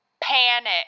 panic